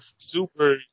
Super